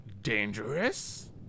Dangerous